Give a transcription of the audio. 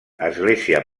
església